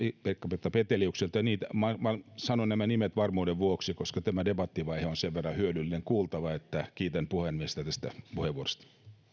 pekka peteliukselta ja muilta sanon nämä nimet varmuuden vuoksi koska tämä debattivaihe on sen verran hyödyllinen kuultava ja kiitän puhemiestä tästä puheenvuorosta